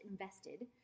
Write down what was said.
invested